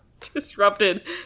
disrupted